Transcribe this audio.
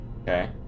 Okay